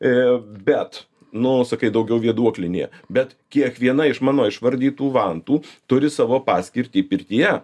e bet nu sakai daugiau vėduoklinė bet kiekviena iš mano išvardytų vantų turi savo paskirtį pirtyje